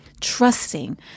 Trusting